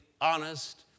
honest